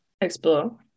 explore